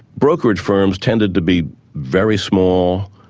brokerage firms tended to be very small,